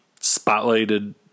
spotlighted